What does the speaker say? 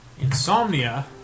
insomnia